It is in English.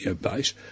base